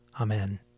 Amen